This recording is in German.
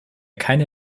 keine